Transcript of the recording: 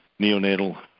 neonatal